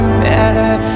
matter